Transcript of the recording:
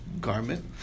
garment